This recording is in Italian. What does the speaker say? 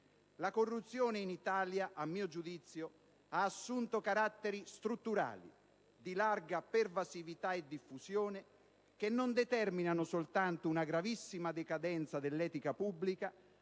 la corruzione in Italia ha assunto caratteri strutturali, di larga pervasività e diffusione che non determinano soltanto una gravissima decadenza dell'etica pubblica,